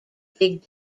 big